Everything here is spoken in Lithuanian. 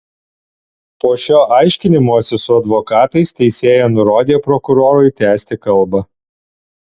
po šio aiškinimosi su advokatais teisėja nurodė prokurorui tęsti kalbą